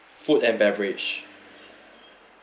food and beverage